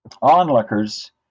onlookers